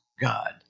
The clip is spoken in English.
God